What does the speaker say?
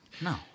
No